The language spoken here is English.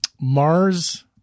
Mars